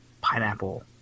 pineapple